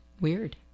Weird